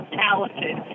talented